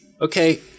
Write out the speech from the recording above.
Okay